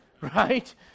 Right